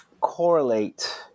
correlate